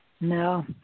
no